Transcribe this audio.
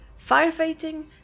firefighting